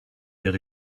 yet